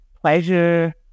pleasure